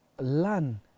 learn